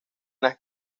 las